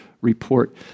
report